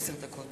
עשר דקות